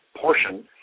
portion